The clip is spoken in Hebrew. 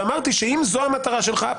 ואמרתי שאם זו המטרה שלך,